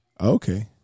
Okay